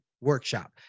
workshop